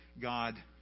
God